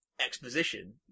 exposition